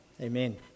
Amen